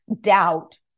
doubt